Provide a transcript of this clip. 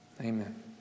Amen